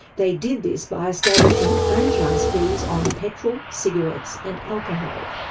they did this by establishing franchise fees on petrol, cigarettes and alcohol.